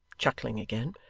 chuckling again.